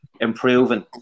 improving